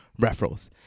referrals